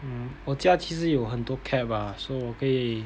mm 我家其实有很多 cap ah so 我可以